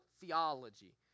theology